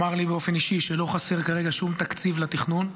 אמר לי באופן אישי שלא חסר כרגע שום תקציב לתכנון.